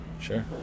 Sure